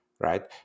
right